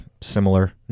similar